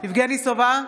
יבגני סובה,